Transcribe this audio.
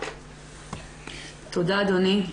תודה אדוני.